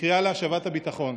בקריאה להשבת הביטחון.